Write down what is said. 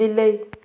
ବିଲେଇ